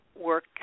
work